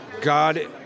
God